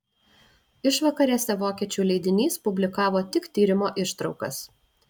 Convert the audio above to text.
išvakarėse vokiečių leidinys publikavo tik tyrimo ištraukas